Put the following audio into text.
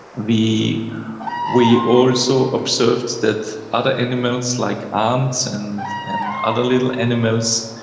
we we also observed that other animals, like ants and and other little animals,